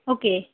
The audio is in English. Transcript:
okay